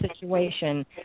situation